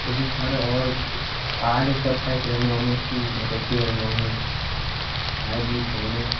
इतने सारे और आठ एक सौ अट्ठाईस रैम रोम है इसकी बहुत अच्छी रैम रोम है फाइव जी फोन है